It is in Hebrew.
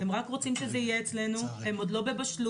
הם רק רוצים שזה יהיה אצלנו, הם עוד לא בבשלות.